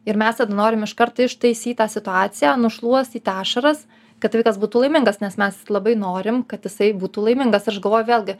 ir mes tada norim iš karto ištaisyt tą situaciją nušluostyt ašaras kad vaikas būtų laimingas nes mes labai norim kad jisai būtų laimingas aš galvoju vėlgi